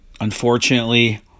unfortunately